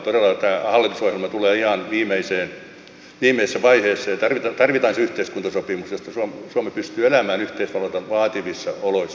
todella tämä hallitusohjelma tulee ihan viimeisessä vaiheessa ja tarvitaan se yhteiskuntasopimus jotta suomi pystyy elämään yhteisvaluutan vaativissa oloissa